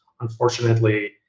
unfortunately